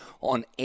on